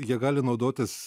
jie gali naudotis